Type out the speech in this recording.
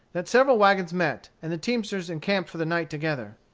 that several wagons met, and the teamsters encamped for the night together.